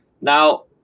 now